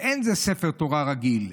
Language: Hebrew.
ואין זה ספר תורה רגיל,